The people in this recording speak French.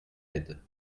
aide